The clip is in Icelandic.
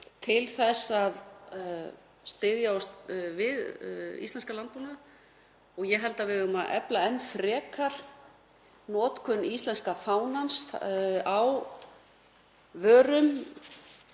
til þess að styðja við íslenskan landbúnað. Ég held að við eigum að efla enn frekar notkun íslenska fánans á vörum